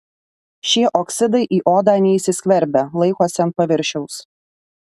šie oksidai į odą neįsiskverbia laikosi ant paviršiaus